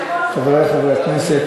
חבר כנסת